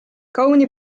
kauni